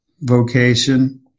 vocation